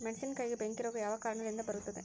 ಮೆಣಸಿನಕಾಯಿಗೆ ಬೆಂಕಿ ರೋಗ ಯಾವ ಕಾರಣದಿಂದ ಬರುತ್ತದೆ?